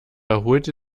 erholte